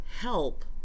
help